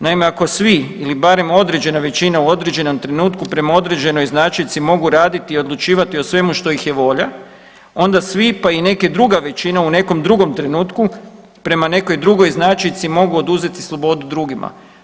Naime, ako svi ili barem određena većina u određenom trenutku prema određenoj značici mogu raditi i odlučivati o svemu što ih je volja, onda svi pa i neka druga većina u nekim drugom trenutku prema nekoj drugoj značici mogu oduzet slobodu drugima.